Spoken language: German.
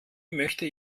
möchte